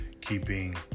keeping